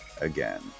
again